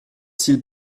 s’il